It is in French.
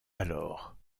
alors